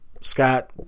Scott